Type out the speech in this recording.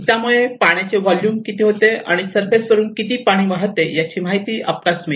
त्यामुळे पाण्याचे व्हॉल्युम किती होते आणि सरफेस वरून किती पाणी वाहते याची माहिती आपणास मिळते